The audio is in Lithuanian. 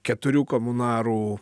keturių komunarų